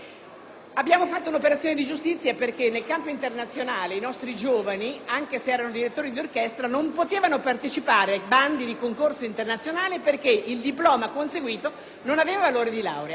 Abbiamo compiuto un'operazione di giustizia, perché nel campo internazionale i nostri giovani, anche se erano direttori di orchestra, non potevano partecipare ai bandi di concorso internazionale perché il diploma conseguito non aveva valore di laurea.